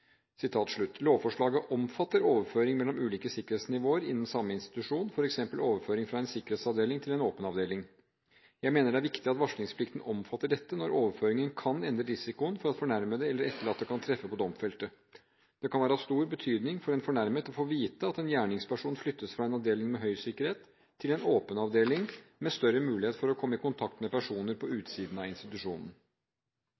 overføring fra en sikkerhetsavdeling til en åpen avdeling. Jeg mener det er viktig at varslingsplikten omfatter dette når overføringen kan endre risikoen for at fornærmede eller etterlatte kan treffe på domfelte. Det kan være av stor betydning for en fornærmet å få vite at en gjerningsperson flyttes fra en avdeling med høy sikkerhet til en åpen avdeling med større mulighet for å komme i kontakt med personer på